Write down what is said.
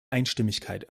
einstimmigkeit